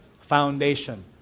foundation